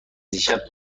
دیشب